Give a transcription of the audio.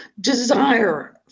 desire